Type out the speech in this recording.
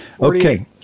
Okay